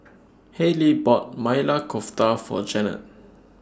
Haylie bought Maili Kofta For Janet